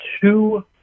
two